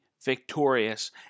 victorious